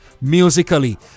musically